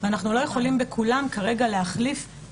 ואנחנו לא יכולים בכולן כרגע להחליף,